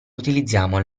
utilizziamo